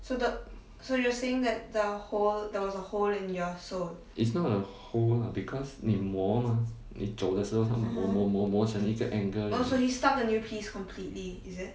it's not a hole lah because 你摩吗你走的时候他们摩摩摩摩成一个 angle